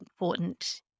important